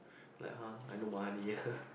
like !huh! I no money ah